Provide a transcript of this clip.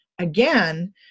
again